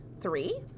three